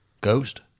Ghost